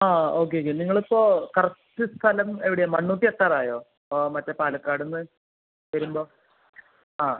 ആ okay okay നിങ്ങൾ ഇപ്പോൾ കറക്റ്റ് സ്ഥലം എവിടെയാ മണ്ണുത്തി എത്താറായോ ആ മറ്റെ പാലക്കാടുനിന്ന് വരുമ്പോൾ ആ